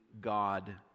God